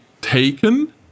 taken